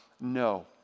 no